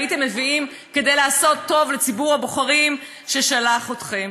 הייתם מביאים כדי לעשות טוב לציבור הבוחרים ששלח אתכם.